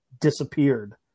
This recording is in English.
disappeared